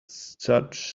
such